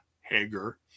Hager